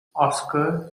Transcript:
oscar